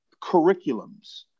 curriculums